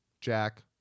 Jack